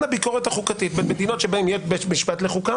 הביקורת החוקתית בין מדינות בהן יש בית משפט לחוקה